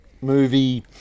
Movie